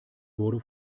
wurde